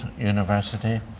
university